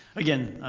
again,